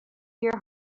your